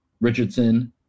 richardson